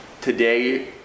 today